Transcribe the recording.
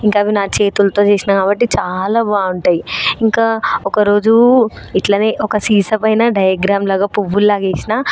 ఇంకా అవి నా చేతులతో చేసిన కాబట్టి చాలా బాగుంటాయి ఇంకా ఒక రోజు ఇట్లానే ఒక సీసాపైన డయాగ్రాం లాగా పువ్వులలాగా వేసినా